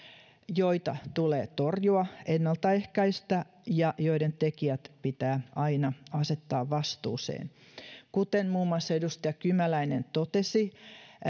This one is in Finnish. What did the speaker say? joita tulee torjua ennaltaehkäistä ja joiden tekijät pitää aina asettaa vastuuseen kuten muun muassa edustaja kymäläinen totesi